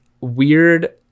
weird